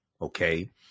okay